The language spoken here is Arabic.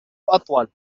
أطول